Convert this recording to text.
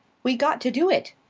we got to do it!